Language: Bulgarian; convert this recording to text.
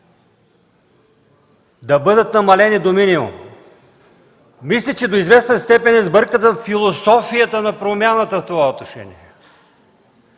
да бъдат намалени до минимум. Мисля, че до известна степен е сбъркана философията на промяната в това отношение.